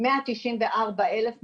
מאה תשעים וארבע אלף משפחות,